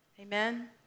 amen